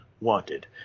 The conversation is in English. wanted